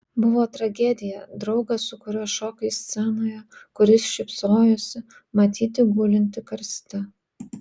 buvo tragedija draugą su kuriuo šokai scenoje kuris šypsojosi matyti gulintį karste